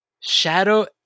Shadow